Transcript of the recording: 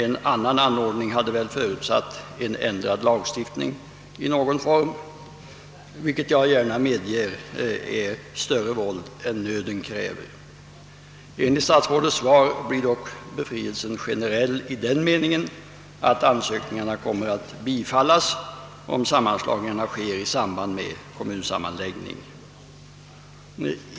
En annan anordning hade väl förutsatt ändrad lagstiftning i någon form, och jag kan gärna medge att detta skulle vara större våld än nöden kräver. Enligt statsrådets svar blir dock betydelsen generell i den meningen att ansökningarna kommer att bifallas om sammanslagningen sker i samband med kommunsammanläggning.